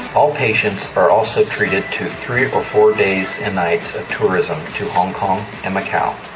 all patients are also treated to three or four days and nights of tourism to hong kong and macau,